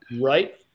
right